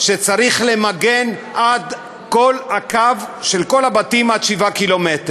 שצריך למגן את כל הבתים עד לקו של 7 קילומטרים.